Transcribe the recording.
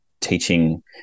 teaching